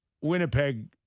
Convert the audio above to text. Winnipeg